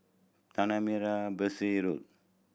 Tanah Merah Besar Road